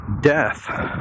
death